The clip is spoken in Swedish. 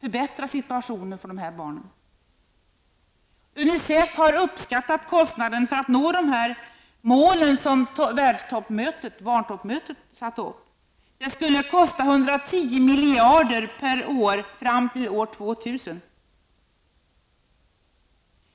förbättra situationen för de här barnen. UNICEF har uppskattat att kostnaden för att nå de mål som barntoppmötet satt upp skulle vara 110 miljarder per år fram till år 2000.